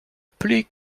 plais